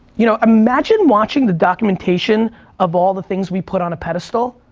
you know, imagine watching the documentation of all the things we put on a pedestal.